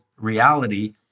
reality